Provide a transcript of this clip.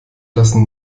lassen